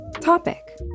topic